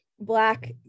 Black